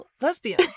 lesbian